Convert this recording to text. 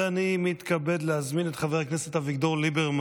אני מתכבד להזמין את חבר הכנסת אביגדור ליברמן